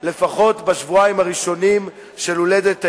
לפחות בשבועיים הראשונים של הולדת הילד,